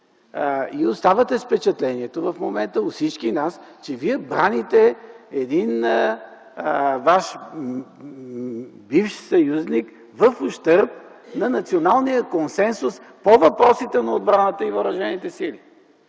Оставате впечатлението в момента у всички нас, че Вие браните един ваш бивш съюзник в ущърб на националния консенсус по въпросите на отбраната и въоръжените сили.